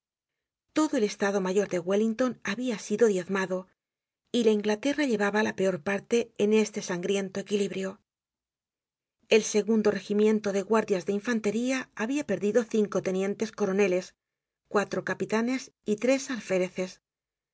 todo el estado mayor de wellington habia sido diezmado y la inglaterra llevaba la peor parte en este sangriento equilibrio el segundo regimiento de guardias de infantería habia perdido cinco tenientes coroneles cuatro capitanes y tres